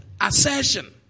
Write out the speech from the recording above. assertion